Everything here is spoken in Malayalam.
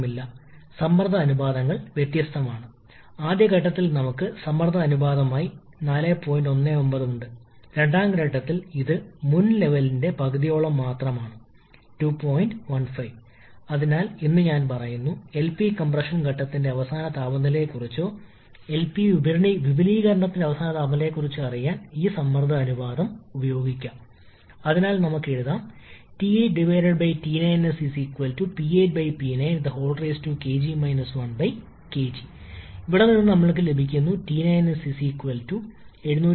അതിനാൽ ഘട്ടം എ 1 എയ്ക്കുള്ള വർക്ക് ഇൻപുട്ട് ആവശ്യകത രണ്ടാം ഘട്ട ബി മുതൽ ഡി വരെയുള്ള വർക്ക് ഇൻപുട്ട് ആവശ്യകത ഇതിന് തുല്യമായിരിക്കണം ഇവിടെ നമ്മൾ ഐസെൻട്രോപിക് എന്നതിനുപകരം ഐസെൻട്രോപിക് അല്ലെങ്കിൽ പോളിട്രോപിക് ആണെന്ന് കരുതുന്നത് തുടരുകയാണ്